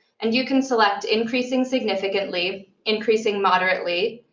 and you can select increasing significantly, increasing moderately,